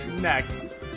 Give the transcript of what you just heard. Next